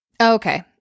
okay